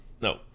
No